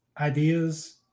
ideas